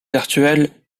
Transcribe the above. virtuelle